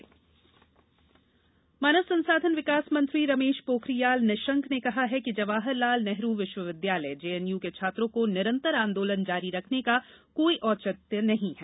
JNU मानव संसाधन विकास मंत्री रमेश पोखरियाल निशंक ने कहा है कि जवाहर लाल नेहरू विश्वविद्यालय जेएनयू के छात्रों को निरंतर आंदोलन जारी रखने का कोई औचित्य नहीं है